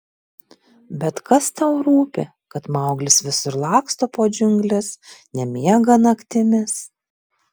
bet kas tau rūpi kad mauglis visur laksto po džiungles nemiega naktimis